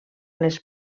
les